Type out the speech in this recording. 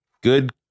Good